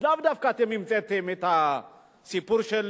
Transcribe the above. לאו דווקא אתם המצאתם את הסיפור של